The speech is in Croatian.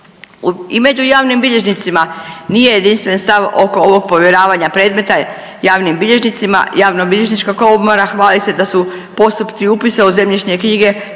I među javnim bilježnicima nije jedinstven stan oko ovog povjeravanja predmeta javnim bilježnicima, javnobilježnička komora hvali se da su postupci upisa u zemljišne knjige